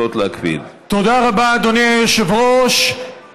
תודה רבה, אדוני היושב-ראש.